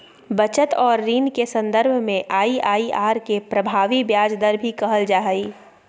बचत और ऋण के सन्दर्भ में आइ.आइ.आर के प्रभावी ब्याज दर भी कहल जा हइ